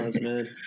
man